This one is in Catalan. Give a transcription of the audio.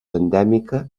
endèmica